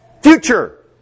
future